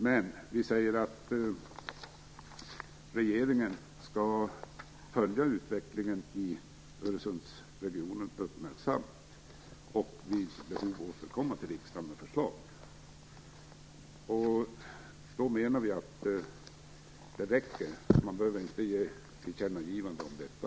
Men vi säger att regeringen skall följa utvecklingen i Öresundsregionen uppmärksamt och vid behov återkomma till riksdagen med förslag. Vi menar att det räcker och att man inte behöver ge ett tillkännagivande om detta.